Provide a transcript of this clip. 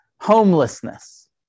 homelessness